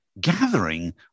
gathering